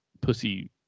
pussy